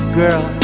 girl